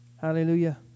Hallelujah